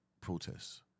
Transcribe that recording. Protests